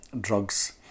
drugs